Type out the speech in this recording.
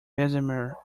bessemer